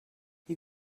you